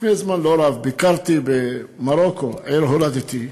לפני זמן לא רב ביקרתי במרוקו, ארץ הולדתי.